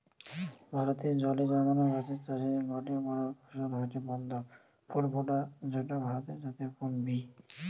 ভারতে জলে জন্মানা গাছের চাষের গটে বড় ফসল হয়ঠে পদ্ম ফুল যৌটা ভারতের জাতীয় ফুল বি